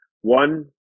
One